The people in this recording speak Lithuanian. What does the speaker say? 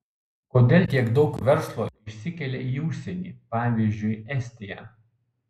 kodėl tiek daug verslo išsikelia į užsienį pavyzdžiui estiją